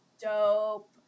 dope